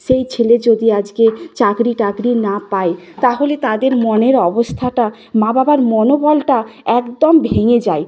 সেই ছেলে যদি আজকে চাকরি টাকরি না পায় তাহলে তাদের মনের অবস্থাটা মা বাবার মনোবলটা একদম ভেঙে যায়